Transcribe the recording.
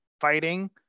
fighting